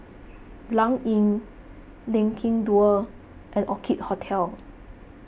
Blanc Inn Lengkong Dua and Orchid Hotel